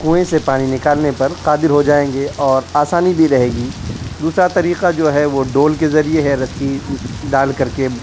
کنویں سے پانی نکالنے پر قادر ہو جائیں گے اور آسانی بھی رہے گی دوسرا طریقہ جو ہے وہ ڈول کے ذریعے ہے رسی ڈال کر کے